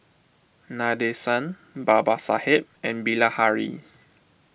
Nadesan Babasaheb and Bilahari